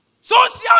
Social